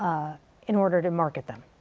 in order to market them.